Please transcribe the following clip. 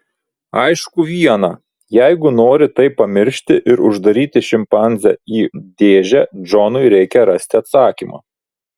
aišku viena jeigu nori tai pamiršti ir uždaryti šimpanzę į dėžę džonui reikia rasti atsakymą